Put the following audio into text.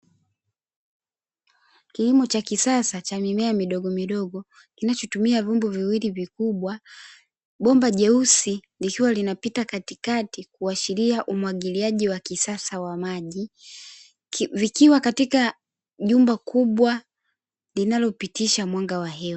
Kilimo cha kisasa cha mimea midogomidogo kinachotumia vyombo viwili vikubwa bomba jeusi likiwa linapita katikati kuashiria umwagiliaji wa kisasa wa maji vikiwa katika jumba kubwa linalopitisha mwanga wa hewa.